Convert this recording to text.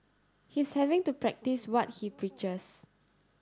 he's having to practice what he preaches